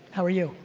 how are you?